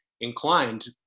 inclined